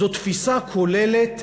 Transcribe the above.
זאת תפיסה כוללת,